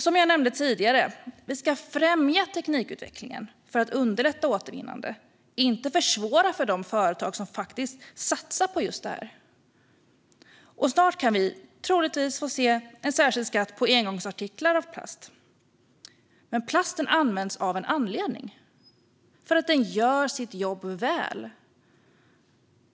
Som jag nämnde tidigare ska vi främja teknikutvecklingen för att underlätta återvinnande, inte försvåra för de företag som satsar på det här. Snart kan vi troligtvis få se en särskild skatt på engångsartiklar av plast. Men plasten används av en anledning. Den gör sitt jobb väl.